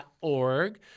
org